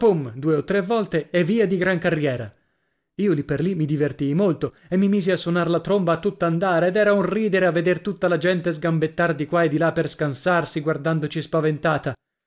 due o tre volte e via di gran carriera io lì per lì mi divertii molto e mi misi a sonar la tromba a tutt'andare ed era un ridere a veder tutta la gente sgambettar di qua e di là per scansarsi guardandoci spaventata